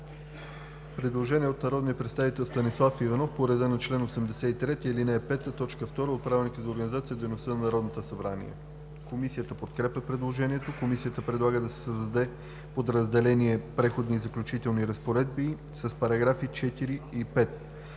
Предложение от народния представител Станислав Иванов по реда на чл. 83, ал. 5, т. 2 от Правилника за организацията и дейността на Народното събрание. Комисията подкрепя предложението. Комисията предлага да се създаде подразделение „Преходни и заключителни разпоредби“ с параграфи 4 и 5: